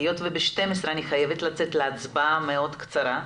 היות וב-12:00 אני חייבת לצאת להצבעה מאוד קצרה,